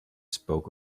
spoke